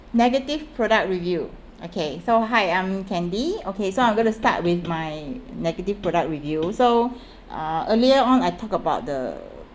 negative product review okay so hi I'm candy okay so I'm going to start with my negative product review so uh earlier on I talk about the